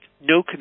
no